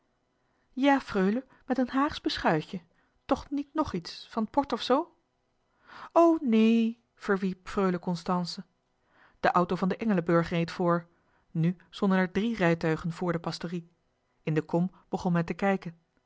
ja freule met een haagsch beschuitje toch niet nog iets van port of zoo o nee verwierp freule constance de auto van den engelenburg reed voor nu stonden er drie rijtuigen vr de pastorie in de kom begon men te kijken